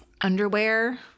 underwear